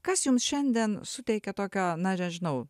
kas jums šiandien suteikia tokio na nežinau